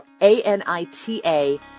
A-N-I-T-A